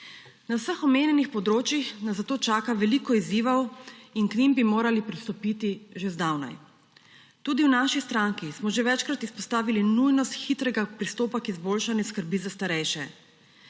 Na vseh omenjenih področjih nas zato čaka veliko izzivov in k njim bi morali pristopiti že zdavnaj. Tudi v naši stranki smo že večkrat izpostavili nujnost hitrega pristopa k izboljšanju skrbi za starejše.